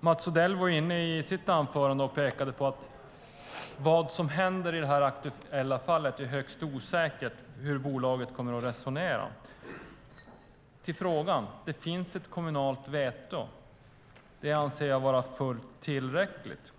Mats Odell pekade i sitt anförande på att det är högst osäkert vad som händer i detta aktuella fall och hur bolaget kommer att resonera. Jag ska svara på frågan. Det finns ett kommunalt veto. Det anser jag vara fullt tillräckligt.